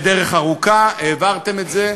בדרך ארוכה, העברתם את זה,